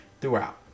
throughout